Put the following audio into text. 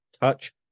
touch